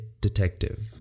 Detective